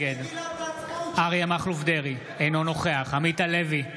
נגד אריה מכלוף דרעי, אינו נוכח עמית הלוי,